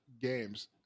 Games